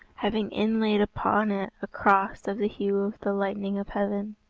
having inlaid upon it a cross of the hue of the lightning of heaven.